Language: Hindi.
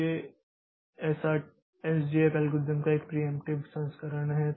तो यह एसजेएफ एल्गोरिथ्म का एक प्रियेंप्टिव संस्करण है